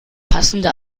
passende